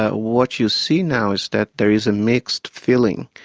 ah ah what you see now is that there is a mixed feeling.